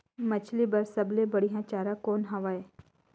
मछरी बर सबले बढ़िया चारा कौन हवय?